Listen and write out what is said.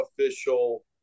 official